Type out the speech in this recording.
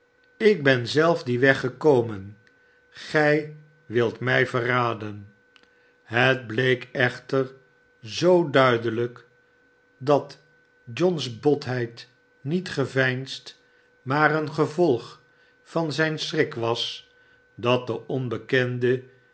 ik ben zelf dien weg gekomen gij wilt mij verraden het bleek echter zoo duidelijk dat john's botheid niet geveinsd maar een gevolg van zijn schrik was dat de onbekende